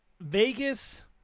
Vegas